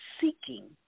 seeking